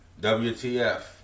WTF